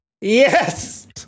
Yes